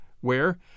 where